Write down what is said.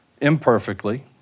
imperfectly